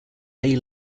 day